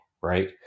right